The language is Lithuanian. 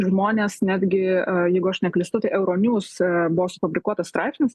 žmonės netgi jeigu aš neklystu tai euronews buvo sufabrikuotas straipsnis